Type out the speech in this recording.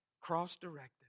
cross-directed